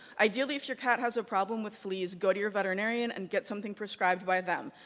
ideally if your cat has a problem with fleas go to your veterinarian and get something prescribed by them.